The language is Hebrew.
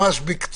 אבל ממש בקצרה.